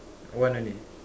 one only